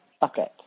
bucket